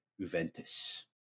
Juventus